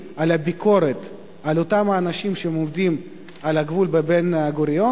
לביקורת על אותם האנשים שעובדים על הגבול בבן-גוריון,